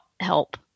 help